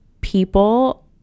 people